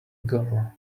girl